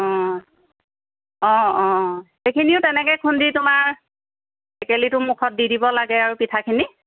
অঁ অঁ অঁ সেইখিনিও তেনেকৈ খুন্দি তোমাৰ টেকেলিটো মুখত দি দিব লাগে আৰু পিঠাখিনি